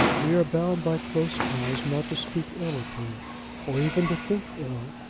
we are bound by close ties not to speak ill of her or even to think ill,